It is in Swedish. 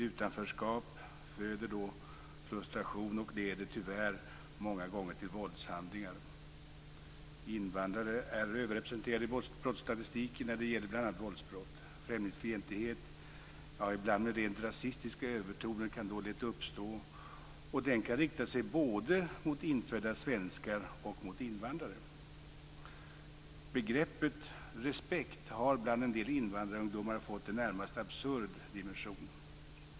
Utanförskap föder frustration och leder tyvärr många gånger till våldshandlingar. Invandrare är överrepresenterade i brottsstatistiken när det gäller bl.a. våldsbrott. Främlingsfientlighet, ibland med rent rasistiska övertoner, kan lätt uppstå, och den kan rikta sig mot både infödda svenskar och invandrare. Begreppet respekt har bland en del invandrarungdomar fått en närmast absurd dimension.